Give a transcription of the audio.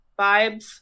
vibes